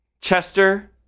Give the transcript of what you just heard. Chester